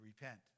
repent